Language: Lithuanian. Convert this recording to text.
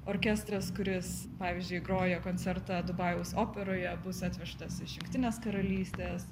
orkestras kuris pavyzdžiui groja koncertą dubajaus operoje bus atvežtas iš jungtinės karalystės